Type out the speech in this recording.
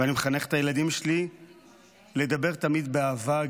ואני מחנך את הילדים שלי לדבר תמיד באהבה.